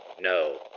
No